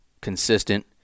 consistent